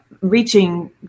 reaching